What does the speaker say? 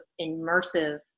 immersive